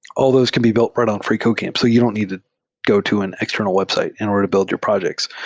al l those can be built right on freecodecamp so you don't need to go to an external website in order to build your projects.